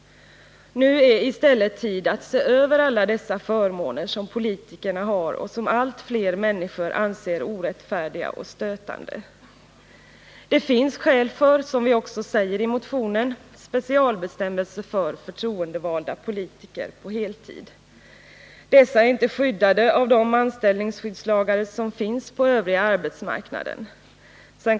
Nu är det i stället tid att se över alla dessa förmåner som politikerna har och som allt fler människor anser orättfärdiga och stötande. Det finns skäl för, som vi också säger i motionen, specialbestämmelser för förtroendevalda politiker på heltid. Dessa är inte skyddade av de anställningsskyddslagar som finns på den övriga arbetsmarknaden.